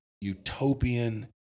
utopian